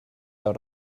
out